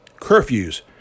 curfews